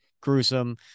gruesome